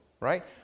right